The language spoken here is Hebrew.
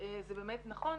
זה באמת נכון.